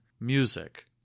music